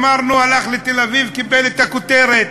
אמרנו: הלך לתל-אביב, קיבל את הכותרת,